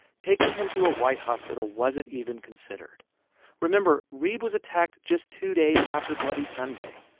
taking him to a white hospital wasn't even considered remember, reeb was attacked just two days after bloody sunday.